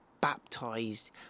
baptized